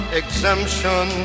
exemption